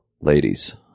Ladies